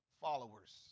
followers